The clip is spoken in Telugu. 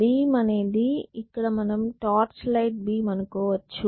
బీమ్ అనేది ఇక్కడ మనం టార్చ్ లైట్ బీమ్ అనుకోవచ్చు